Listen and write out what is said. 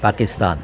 Pakistan